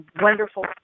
wonderful